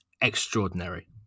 extraordinary